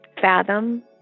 fathom